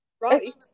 right